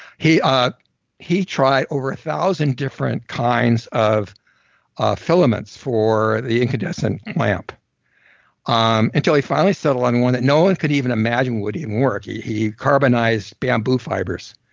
he um he tried over a thousand different kinds of filaments for the incandescent lamp um until he finally settled on one that no one could even imagine would even work, he he carbonized bamboo fibers,